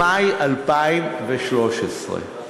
במאי 2013,